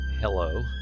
hello